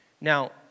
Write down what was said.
Now